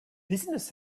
business